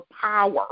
power